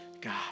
God